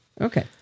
Okay